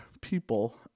people